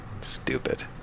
stupid